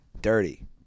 dirty